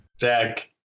Zach